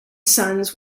sons